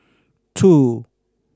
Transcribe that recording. two